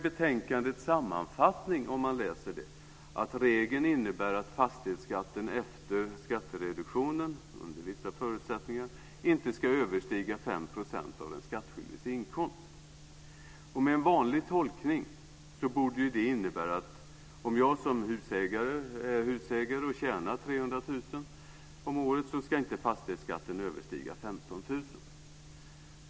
I betänkandets sammanfattning står det att regeln innebär att fastighetsskatten efter skattereduktionen, under vissa förutsättningar, inte ska överstiga 5 % av den skattskyldiges inkomst. Med en vanlig tolkning borde det innebära att om jag som husägare tjänar 300 000 kr om året ska inte fastighetsskatten överstiga 15 000 kr.